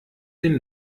den